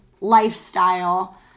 lifestyle